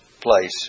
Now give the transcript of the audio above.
place